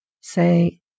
say